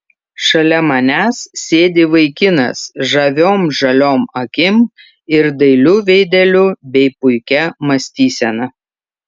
šalia manęs sėdi vaikinas žaviom žaliom akim ir dailiu veideliu bei puikia mąstysena